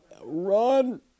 Run